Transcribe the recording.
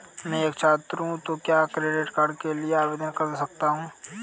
मैं एक छात्र हूँ तो क्या क्रेडिट कार्ड के लिए आवेदन कर सकता हूँ?